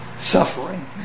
suffering